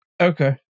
Okay